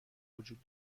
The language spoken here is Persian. وجود